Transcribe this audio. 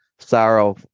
sorrow